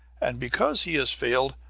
and because he has failed,